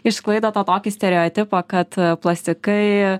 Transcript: išsklaido tą tokį stereotipą kad plastikai